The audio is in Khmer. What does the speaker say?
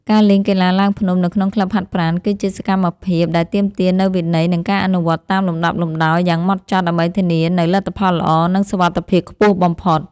ការលេងកីឡាឡើងភ្នំនៅក្នុងក្លឹបហាត់ប្រាណ គឺជាសកម្មភាពដែលទាមទារនូវវិន័យ និងការអនុវត្តតាមលំដាប់លំដោយយ៉ាងម៉ត់ចត់ ដើម្បីធានានូវលទ្ធផលល្អ និងសុវត្ថិភាពខ្ពស់បំផុត។